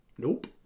Nope